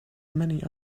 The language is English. many